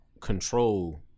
control